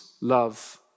love